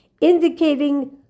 indicating